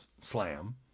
slam